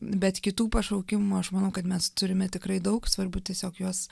bet kitų pašaukimų aš manau kad mes turime tikrai daug svarbu tiesiog juos